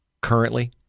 currently